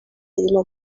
irimo